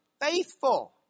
faithful